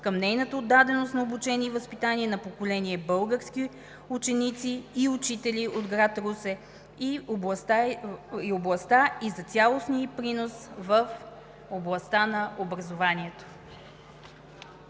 към нейната отдаденост на обучение и възпитание на поколения български ученици и учители от град Русе и областта и за цялостния ѝ принос в областта на образованието.